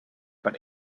but